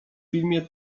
filmie